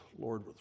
Lord